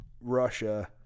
russia